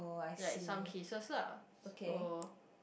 like some cases lah or